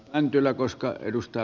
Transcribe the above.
bändillä koska edustaa